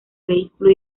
vehículo